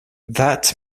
that